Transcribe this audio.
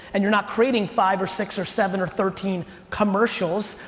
and you're not creating five or six or seven or thirteen commercials,